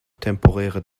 temporäre